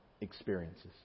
experiences